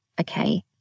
okay